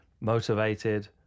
motivated